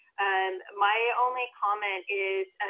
and my only comment is, and